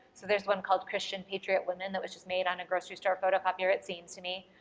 so there's one called christian patriot women that was just made on a grocery store photocopier, it seems to me,